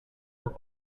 were